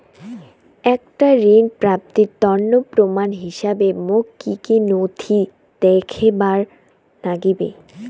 একটা ঋণ প্রাপ্তির তন্ন প্রমাণ হিসাবে মোক কী কী নথি দেখেবার নাগিবে?